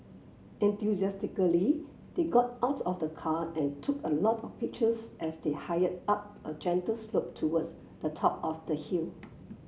enthusiastically they got out of the car and took a lot of pictures as they hired up a gentle slope towards the top of the hill